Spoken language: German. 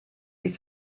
die